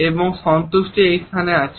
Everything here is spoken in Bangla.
এবং সন্তুষ্টি এই স্থানে আছে